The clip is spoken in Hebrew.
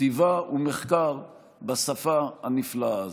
כתיבה ומחקר בשפה הנפלאה הזאת.